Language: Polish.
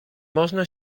można